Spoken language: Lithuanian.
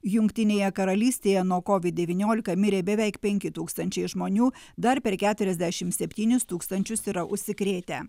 jungtinėje karalystėje nuo covid devyniolika mirė beveik penki tūkstančiai žmonių dar per keturiasdešim septynis tūkstančius yra užsikrėtę